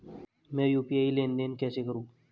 मैं यू.पी.आई लेनदेन कैसे करूँ?